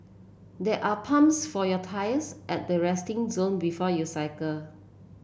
there are pumps for your tyres at the resting zone before you cycle